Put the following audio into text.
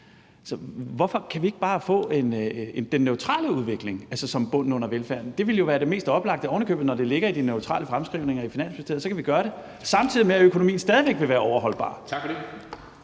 Hvorfor kan vi ikke bare få den neutrale udvikling som bunden under velfærden? Det ville jo være det mest oplagte. Og når det ovenikøbet ligger i de neutrale fremskrivninger i Finansministeriet, kan vi gøre det, samtidig med at økonomien stadig vil være overholdbar. Kl.